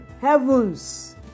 heavens